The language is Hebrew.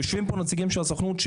ויושבים פה נציגים של הסוכנות,